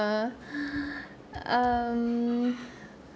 err um